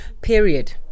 period